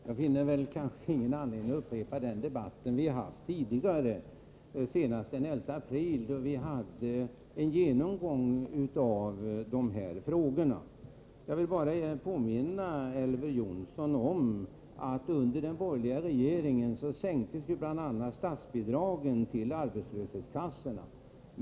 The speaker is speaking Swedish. Herr talman! Jag finner ingen anledning att upprepa den debatt vi fört tidigare, senast den 11 april, då vi hade en genomgång av de här frågorna. Låt mig bara påminna Elver Jonsson bl.a. om att statsbidragen till arbetslöshetskassorna sänktes under den borgerliga regeringstiden.